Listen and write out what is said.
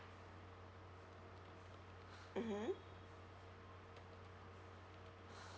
mmhmm